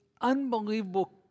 unbelievable